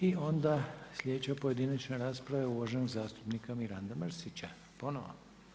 I onda sljedeća pojedinačna rasprava je uvaženog zastupnika Miranda Mrsića, ponovo.